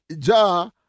Ja